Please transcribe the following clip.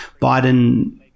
Biden –